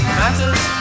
matters